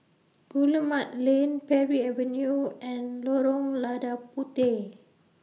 Guillemard Lane Parry Avenue and Lorong Lada Puteh